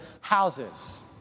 houses